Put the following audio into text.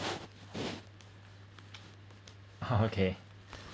oh okay